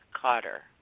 Carter